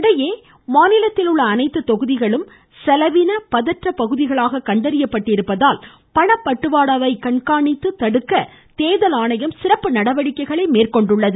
இதனிடையே தமிழகத்தில் உள்ள அனைத்து தொகுதிகளும் செலவின பதற்ற பகுதிகளாக கண்டறியப்பட்டிருப்பதால் பணப்பட்டுவாடாவை கண்காணித்து தடுக்க தேர்தல் ஆணையம் சிறப்பு நடவடிக்கைகளை மேற்கொண்டுள்ளது